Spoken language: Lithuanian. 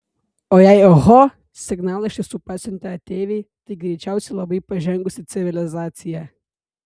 o jei oho signalą iš tiesų pasiuntė ateiviai tai greičiausiai labai pažengusi civilizacija